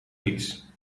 fiets